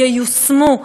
ייושמו.